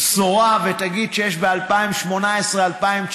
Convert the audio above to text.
בשורה ותגיד שיש ב-2018, 2019,